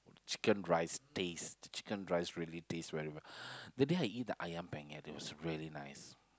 chicken rice taste the chicken rice really taste very well that day I eat the ayam-penyet it was really nice